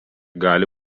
gali